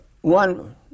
one